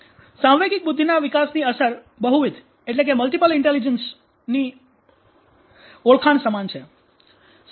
સાંવેગિક બુદ્ધિના વિકાસની અસર બહુવિધ બુદ્ધિ ની ઓળખાણ સમાન છે